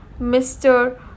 Mr